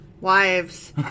Wives